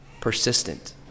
Persistent